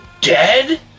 dead